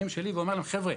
ואומר להם: חבר'ה,